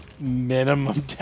Minimum